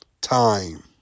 Time